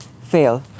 fail